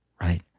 Right